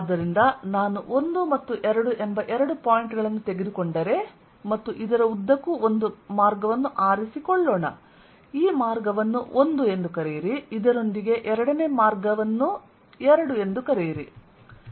ಆದ್ದರಿಂದ ನಾನು 1 ಮತ್ತು 2 ಎಂಬ ಎರಡು ಪಾಯಿಂಟ್ ಗಳನ್ನು ತೆಗೆದುಕೊಂಡರೆ ಮತ್ತು ಇದರ ಉದ್ದಕ್ಕೂ ಒಂದು ಮಾರ್ಗವನ್ನು ಆರಿಸಿಕೊಳ್ಳೋಣ ಈ ಮಾರ್ಗವನ್ನು 1 ಎಂದು ಕರೆಯಿರಿ ಇದರೊಂದಿಗೆ ಎರಡನೇ ಮಾರ್ಗ ಈ ಮಾರ್ಗವನ್ನು 2 ಎಂದು ಕರೆಯಿರಿ